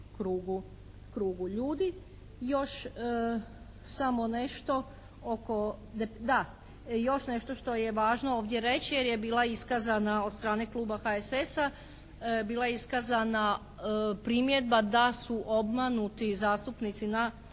oko, da još nešto što je važno ovdje reći jer bila iskazana od strane Kluba HSS-a bila iskazana primjedba da su obmanuti zastupnici na